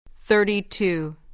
Thirty-two